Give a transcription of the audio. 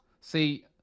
see